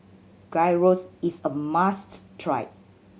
gyros is a must try